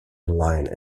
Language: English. line